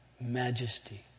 majesty